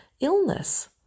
illness